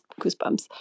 goosebumps